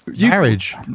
Marriage